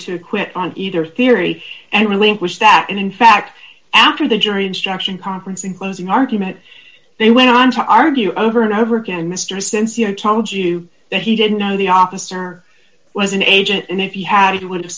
acquit on either theory and relinquish that and in fact after the jury instruction conference in closing argument they went on to argue over and over again mr since you know told you that he didn't know the officer was an agent and if you had